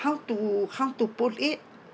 how to how to put it